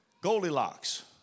Goldilocks